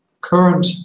current